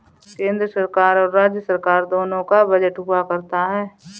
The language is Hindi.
केन्द्र सरकार और राज्य सरकार दोनों का बजट हुआ करता है